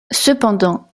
cependant